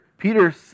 Peter